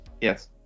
Yes